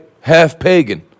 half-pagan